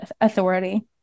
authority